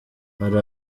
hari